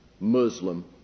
Muslim